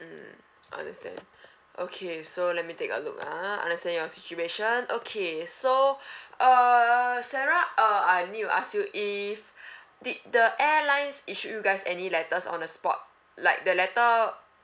mm understand okay so let me take a look ah understand your situation okay so uh sarah uh I need to ask you if did the airlines issue you guys any letters on the spot like the letter